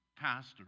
pastor